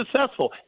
successful